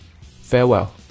farewell